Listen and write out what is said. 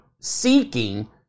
seeking